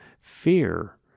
fear